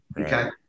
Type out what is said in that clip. Okay